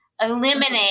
eliminate